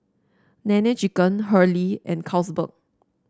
Nene Chicken Hurley and Carlsberg